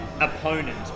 opponent